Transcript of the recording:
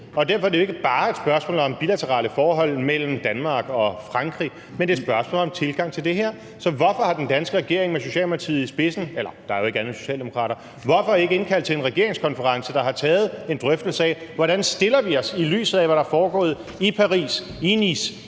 Derfor er det jo ikke bare et spørgsmål om bilaterale forhold mellem Danmark og Frankrig, men det er et spørgsmål om tilgangen til det her. Så hvorfor har den danske regering med Socialdemokratiet i spidsen – eller der er jo ikke andet end socialdemokrater – ikke indkaldt til en regeringskonference og taget en drøftelse af, hvordan vi stiller os, i lyset af hvad der er foregået i Paris, i Nice,